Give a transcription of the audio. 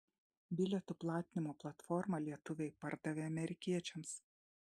bilietų platinimo platformą lietuviai pardavė amerikiečiams